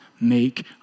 make